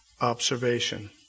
observation